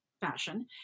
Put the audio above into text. fashion